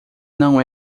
não